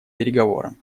переговорам